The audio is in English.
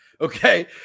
Okay